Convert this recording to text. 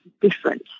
different